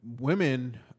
women